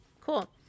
cool